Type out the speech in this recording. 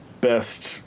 best